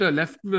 left